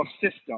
system